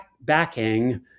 backing